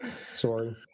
Sorry